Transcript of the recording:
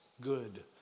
good